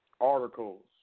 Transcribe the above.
Articles